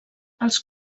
els